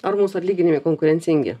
ar mūsų atlyginimai konkurencingi